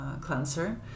cleanser